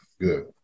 good